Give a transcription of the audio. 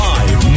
Live